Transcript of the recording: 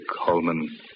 Holman